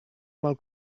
mal